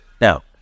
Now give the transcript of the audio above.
Now